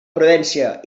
prudència